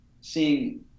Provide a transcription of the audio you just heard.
seeing